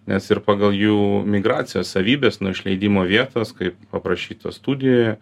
nes ir pagal jų migracijos savybes nuo išleidimo vietos kaip aprašyta studijoje